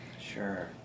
Sure